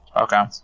okay